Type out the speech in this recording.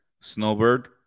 Snowbird